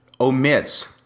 omits